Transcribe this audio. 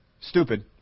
stupid